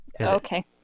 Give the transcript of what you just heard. Okay